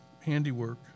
handiwork